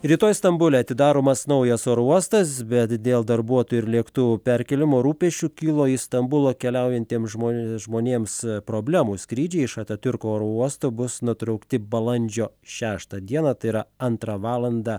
rytoj stambule atidaromas naujas oro uostas bet dėl darbuotojų ir lėktuvų perkėlimo rūpesčių kilo iš stambulo keliaujantiems žmo žmonėms problemų skrydžiai iš atatiurko oro uosto bus nutraukti balandžio šeštą dieną tai yra antrą valandą